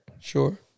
Sure